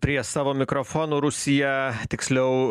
prie savo mikrofonų rusija tiksliau